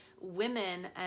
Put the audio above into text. women